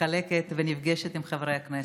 מחלקת ונפגשת עם חברי הכנסת.